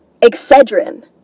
excedrin